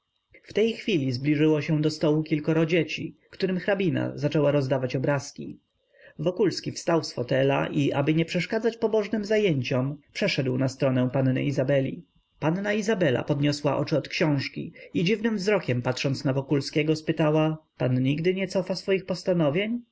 w tej chwili zbliżyło się do stołu kilkoro dzieci którym hrabina zaczęła rozdawać obrazki wokulski wstał z fotelu i aby nie przeszkadzać pobożnym zajęciom przeszedł na stronę panny izabeli panna izabela podniosła oczy od książki i dziwnym wzrokiem patrząc na wokulskiego spytała pan nigdy nie cofa swoich postanowień